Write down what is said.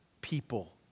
people